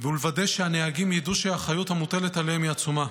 ולוודא שהנהגים ידעו שהאחריות המוטלת עליהם היא עצומה.